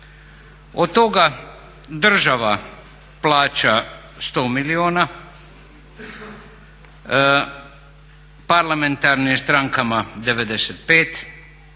Od toga država plaća 100 milijuna, parlamentarnim strankama 95 i